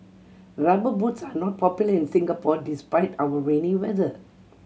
Rubber Boots are not popular in Singapore despite our rainy weather